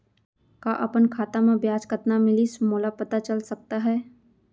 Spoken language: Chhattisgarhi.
का अपन खाता म ब्याज कतना मिलिस मोला पता चल सकता है?